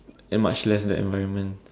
and much less the environment